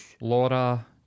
Laura